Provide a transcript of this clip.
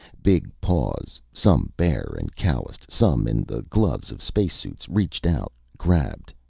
big paws, some bare and calloused, some in the gloves of space suits, reached out, grabbed.